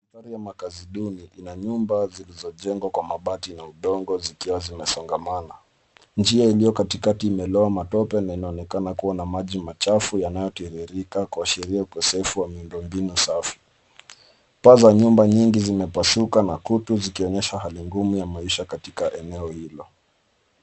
Hali ya makazi duni, ina nyumba zilizojengwa kwa mabati na udongo zikiwa zimesongamana. Njia iliyo kati kati imelowa matope na inaonekana kuwa na maji machafu yanayotiririka kuashiria ukosefu wa miundo mbinu safi. Paa za nyumba nyingi zimepasuka na kutu zikionyesha hali ngumu ya maisha katika eneo hilo.